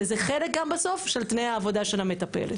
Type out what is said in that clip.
וזה חלק גם בסוף של תנאי העבודה של המטפלת.